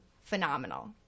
phenomenal